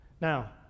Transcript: Now